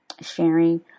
sharing